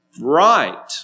Right